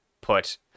put